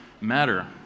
matter